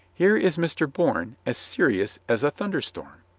here is mr. bourne as serious as a thunderstorm.